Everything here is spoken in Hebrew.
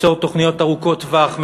ליצור תוכניות ארוכות-טווח,